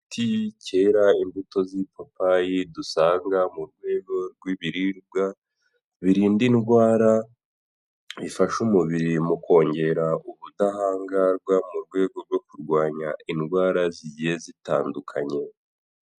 Igiti kera imbuto z'ipapayi dusanga mu rwego rw'ibiribwa birinda indwara, bifasha umubiri mu kongera ubudahangarwa mu rwego rwo kurwanya indwara zigiye zitandukanye.